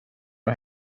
och